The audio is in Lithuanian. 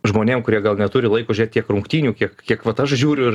žmonėm kurie gal neturi laiko žiūrėt tiek rungtynių kiek kiek vat aš žiūriu ir